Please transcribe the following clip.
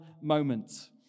moment